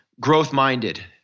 growth-minded